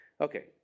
Okay